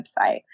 website